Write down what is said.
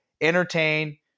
entertain